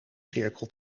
cirkel